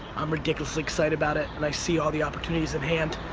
i'm ridiculously excited about it and i see all the opportunities at hand.